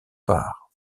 part